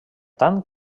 tant